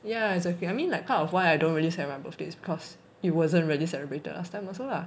yeah exactly I mean like part of why I don't really celebrate my birthday is because it wasn't really celebrated last time also lah